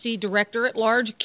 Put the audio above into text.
Director-at-Large